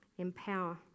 Empower